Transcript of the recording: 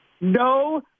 No